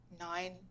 nine